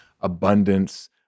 abundance